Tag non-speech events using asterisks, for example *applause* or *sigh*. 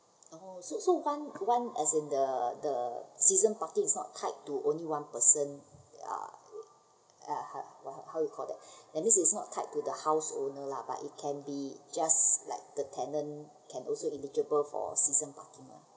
orh so so one one as in the the season parking is not tied to only one person uh uh *breath* how you called that that means' not tied to the house owner lah but it can be just like a tenant can also be eligible for season parking lah